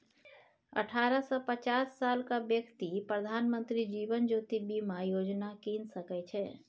अठारह सँ पचास सालक बेकती प्रधानमंत्री जीबन ज्योती बीमा योजना कीन सकै छै